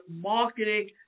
marketing